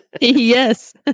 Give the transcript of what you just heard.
Yes